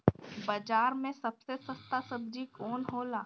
बाजार मे सबसे सस्ता सबजी कौन होला?